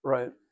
Right